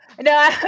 no